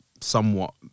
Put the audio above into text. somewhat